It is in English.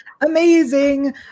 Amazing